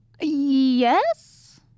Yes